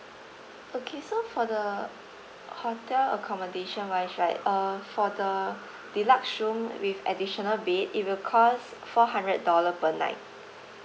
okay so for the hotel accommodation wise right uh for the deluxe room with additional bed it will cost four hundred dollar per night